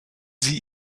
sie